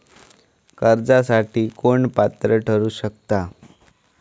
कर्जासाठी कोण पात्र ठरु शकता?